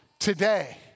today